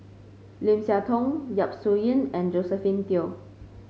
Lim Siah Tong Yap Su Yin and Josephine Teo